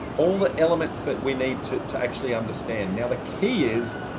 all the elements that we need to to actually understand now the key is,